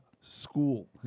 school